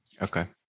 Okay